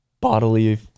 bodily